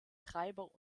treiber